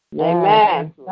Amen